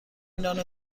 نان